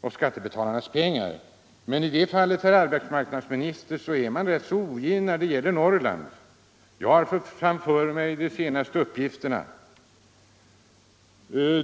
och skattebetalarnas pengar. Men i det fallet är man, herr arbetsmark nadsminister, rätt ogin mot Norrland. Jag har framför mig de senaste uppgifterna.